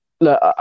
look